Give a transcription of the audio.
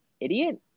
idiot